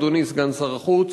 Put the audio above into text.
אדוני סגן שר החוץ,